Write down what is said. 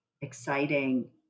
exciting